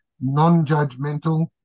non-judgmental